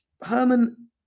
Herman